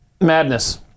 Madness